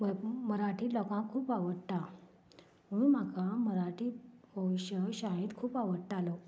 मराठी लोकांक खूब आवडटा म्हणून म्हाका मराठी हो विशय शाळेंत खूब आवडटालो